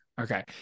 Okay